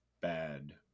bad